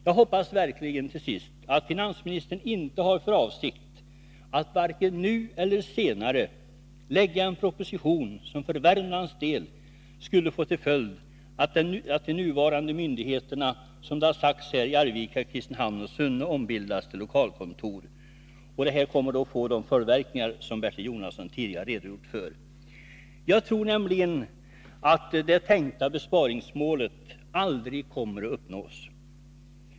Jag hoppas verkligen att finansministern inte har för avsikt att vare sig nu eller senare lägga fram en proposition som för Värmlands del skulle få till följd att de nuvarande myndigheterna i Arvika, Kristinehamn och Sunne ombildas till lokalkontor; detta skulle få de följdverkningar som Bertil Jonasson tidigare har redogjort för. Jag tror att besparingsmålet aldrig kommer att uppnås.